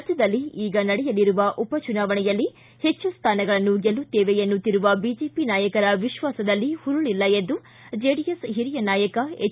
ರಾಜ್ಯದಲ್ಲಿ ಈಗ ನಡೆಯಲಿರುವ ಉಪಚುನಾವಣೆಯಲ್ಲಿ ಹೆಚ್ಚು ಸ್ವಾನಗಳನ್ನು ಗೆಲ್ಲುತ್ತೇವೆ ಎನ್ನುತ್ತಿರುವ ಬಿಜೆಪಿ ನಾಯಕರ ವಿಶ್ವಾಸದಲ್ಲಿ ಹುರುಳಲ್ಲ ಎಂದು ಜೆಡಿಎಸ್ ಹಿರಿಯ ನಾಯಕ ಎಚ್